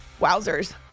Wowzers